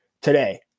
today